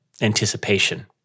anticipation